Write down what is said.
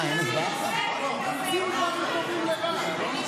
אני שנתיים עוסקת בזה.